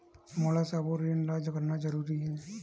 मोला सबो ऋण ला करना जरूरी हे?